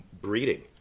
breeding